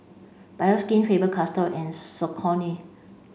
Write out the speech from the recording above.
Bioskin Faber Castell and Saucony